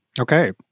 okay